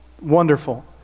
wonderful